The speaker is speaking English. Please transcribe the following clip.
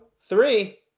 Three